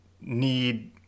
need